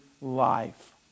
life